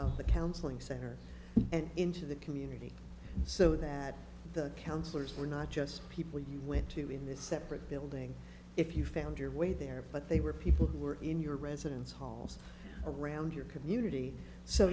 of the counseling center and into the community so that the counselors were not just people you went to in this separate building if you found your way there but they were people who were in your residence halls around your community so